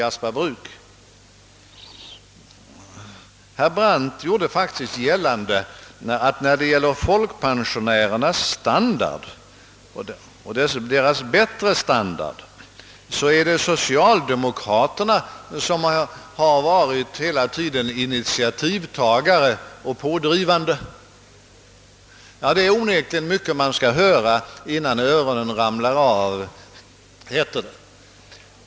Herr Brandt gjorde faktiskt gällande att det är socialdemokraterna som har varit initiativtagare och spelat en pådrivande roll för att förbättra folkpensionärernas standard. Det är onekligen mycket man skall höra innan öronen ramlar av, heter det.